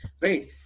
Right